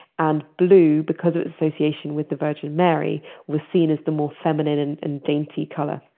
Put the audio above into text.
and blue because of its association with the virgin mary was seen as the more feminine and and dainty color